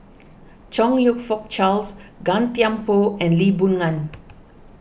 Chong You Fook Charles Gan Thiam Poh and Lee Boon Ngan